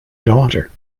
daughter